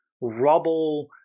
rubble